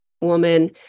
woman